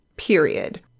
Period